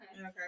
Okay